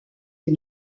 est